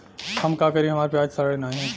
हम का करी हमार प्याज सड़ें नाही?